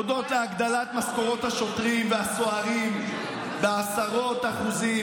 הודות להגדלת משכורות השוטרים והסוהרים בעשרות אחוזים,